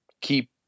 keep